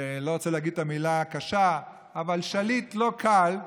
אני לא רוצה להגיד את המילה הקשה, אבל שליט לא קל,